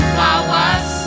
flowers